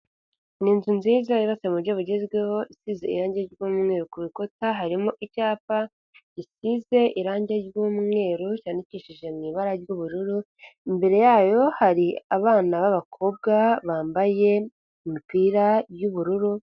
Ni inzu nziza yubatswe mu buryo bugezweho, isize irangi ry'umweru, ku rukuta harimo icyapa gisize irangi ry'umweru ryandikishije mu ibara ry'ubururu, imbere yayo hari abana b'abakobwa bambaye imipira y'ubururu.